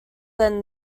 than